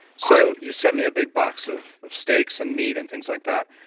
so you sent me a big box of of steaks and meat and things like that,